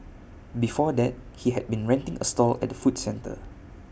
before that he had been renting A stall at the food centre